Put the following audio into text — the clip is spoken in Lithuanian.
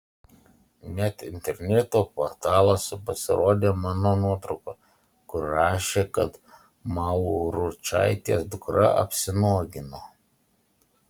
net interneto portaluose pasirodė mano nuotrauka kur rašė kad mauručaitės dukra apsinuogino